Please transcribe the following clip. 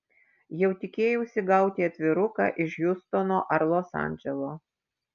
jau tikėjausi gauti atviruką iš hjustono ar los andželo